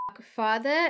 father